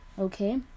Okay